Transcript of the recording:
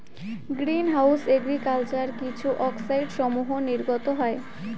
green house agriculture কিছু অক্সাইডসমূহ নির্গত হয়